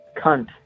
Cunt